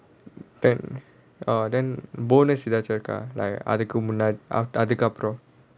then err then bonus ஏதாச்சும் இருக்கா:ethaachum irukkaa like other commun~ other அதுக்கு அப்புறம்:adhukku appuram